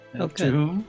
Okay